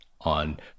on